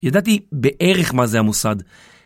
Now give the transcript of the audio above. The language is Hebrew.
ידעתי בערך מה זה המוסד.